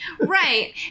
Right